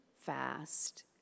fast